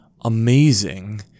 amazing